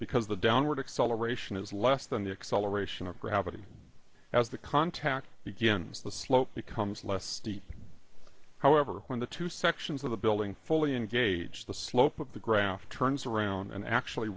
because the downward acceleration is less than the acceleration of gravity as the contact begins the slope becomes less steep however when the two sections of the building fully engage the slope of the graph turns around and actually